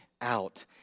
out